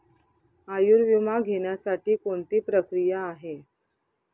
आयुर्विमा घेण्यासाठी कोणती प्रक्रिया आहे?